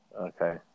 Okay